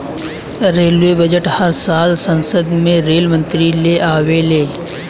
railway budget हर साल संसद में रेल मंत्री ले आवेले ले